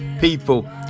people